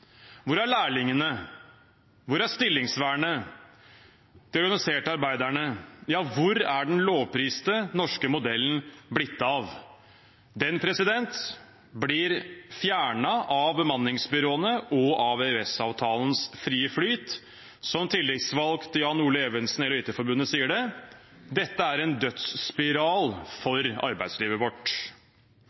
Hvor er lærlingene? Hvor er stillingsvernet? Hvor er de organiserte arbeiderne? Ja, hvor er den lovpriste norske modellen blitt av? Den blir fjernet av bemanningsbyråene og av EØS-avtalens frie flyt. Som tillitsvalgt Jan-Ole Evensen i EL og IT Forbundet sier det: Dette er en dødsspiral for arbeidslivet vårt.